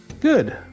Good